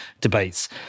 debates